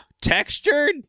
textured